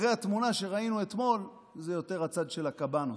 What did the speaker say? אחרי התמונה שראינו אתמול, זה יותר הצד של הקבנוס.